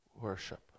worship